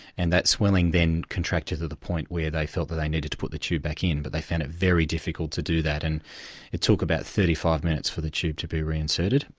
and that swelling then contracted to the point where they felt that they needed to put the tube back in, but they found it very difficult to do that, and it took about thirty five minutes for the tube to be re-inserted,